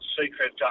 secret